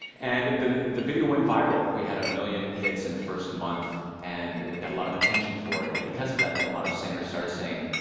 and the the video went viral. we had a million hits in the first month and got a lot of attention for it. and because of that, then a lot of singers started saying,